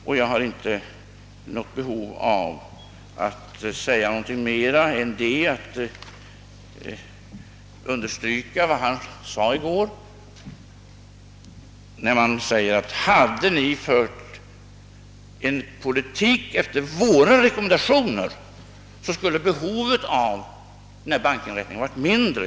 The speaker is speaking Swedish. Oppositionens företrädare sade att om vi hade fört en politik efter deras rekommendationer så skulle behovet av denna bankinrättning varit mindre.